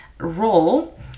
role